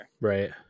right